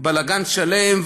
בלגן שלם,